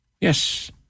Yes